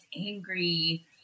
angry